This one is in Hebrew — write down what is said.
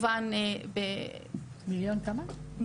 זה גם